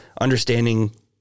understanding